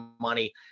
money